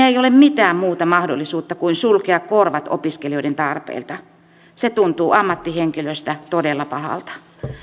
ei ole mitään muuta mahdollisuutta kuin sulkea korvat opiskelijoiden tarpeilta se tuntuu ammattihenkilöistä todella pahalta